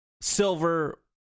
silver